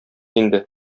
инде